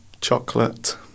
Chocolate